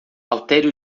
altere